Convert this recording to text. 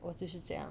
我就是这样